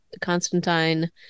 Constantine